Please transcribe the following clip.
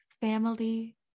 family